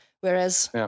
Whereas